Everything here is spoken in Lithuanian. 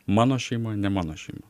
mano šeima ne mano šeima